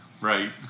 Right